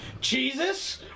Jesus